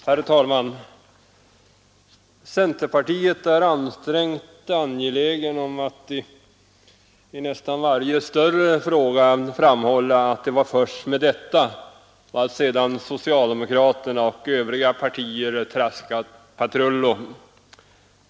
Herr talman! Centerpartiet är ansträngt angeläget om att i nästan varje större fråga framhålla att man var först med detta och att sedan socialdemokraterna och övriga partier traskat patrullo.